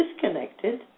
disconnected